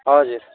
हजुर